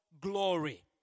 glory